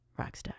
Rockstar